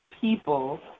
people